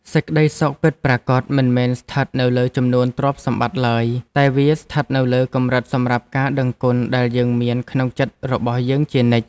សេចក្ដីសុខពិតប្រាកដមិនមែនស្ថិតនៅលើចំនួនទ្រព្យសម្បត្តិឡើយតែវាស្ថិតនៅលើកម្រិតសម្រាប់ការដឹងគុណដែលយើងមានក្នុងចិត្តរបស់យើងជានិច្ច។